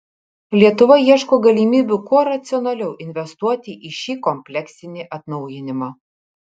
lietuva ieško galimybių kuo racionaliau investuoti į šį kompleksinį atnaujinimą